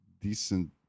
decent